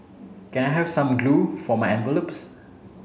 can I have some glue for my envelopes